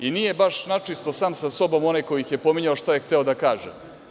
Nije baš načisto sam sa sobom, onaj ko ih je pominjao, šta je hteo da kaže.